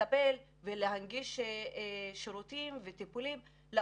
לטפל ולהנגיש שירותים וטיפולים.